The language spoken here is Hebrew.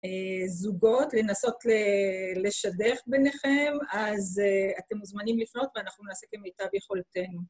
אה... זוגות. לנסות ל... לשדך ביניכם. אז אתם מוזמנים לפנות, ואנחנו נעשה כמיטב יכולתנו.